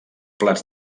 plats